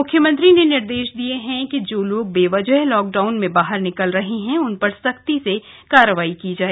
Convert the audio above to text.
मुख्यमंत्री ने निर्देश दिये हैं कि जो लोग बेवजह लॉकडाउन में बाहर निकल रहे हैं उन पर सख्त कार्रवाई की जाए